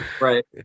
Right